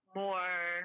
more